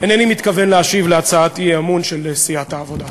אינני מתכוון להשיב על הצעת האי-אמון של סיעת העבודה.